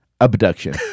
abduction